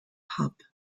pop